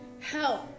help